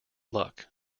luck